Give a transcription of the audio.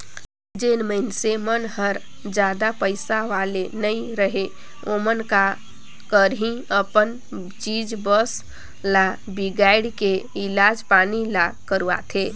जेन मइनसे मन हर जादा पइसा वाले नइ रहें ओमन का करही अपन चीच बस ल बिगायड़ के इलाज पानी ल करवाथें